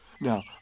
Now